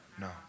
No